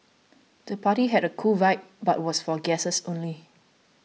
the party had a cool vibe but was for guests only